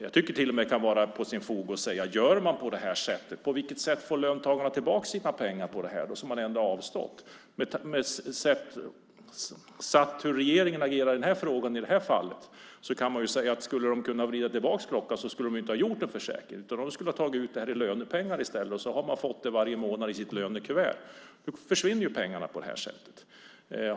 Jag tycker till och med att det kan finnas fog att fråga: Om man gör på det här sättet, på vilket sätt får då löntagarna tillbaka de pengar som de ändå har avstått? Med tanke på hur regeringen agerar i den här frågan och i det här fallet kan man säga att om man skulle ha kunnat vrida tillbaka klockan så skulle man inte ha gjort en försäkring. Man skulle ha tagit ut det här i lönepengar i stället, och så hade man fått pengarna varje månad i sitt lönekuvert. På det här sättet försvinner ju pengarna.